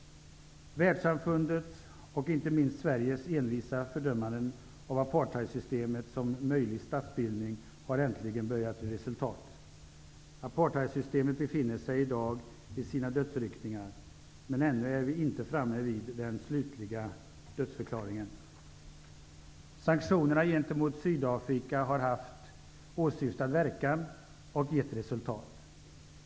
Världssamfundets, och inte minst Sveriges, envisa fördömande av apartheidsystemet som möjlig statsbildning har äntligen börjat ge resultat. Apartheidsystemet befinner sig i dag i sina dödsryckningar, men vi är ännu inte framme vid den slutliga dödsförklaringen. Sanktionerna gentemot Sydafrika har haft åsyftad verkan och gett resultat.